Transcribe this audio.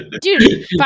Dude